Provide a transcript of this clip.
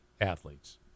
athletes